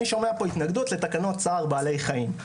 אני שומע התנגדות לתקנות צער בעלי חיים.